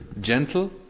gentle